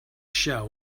shell